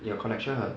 你的 connection 很